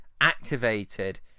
activated